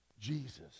Jesus